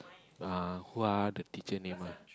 uh who ah the teacher name ah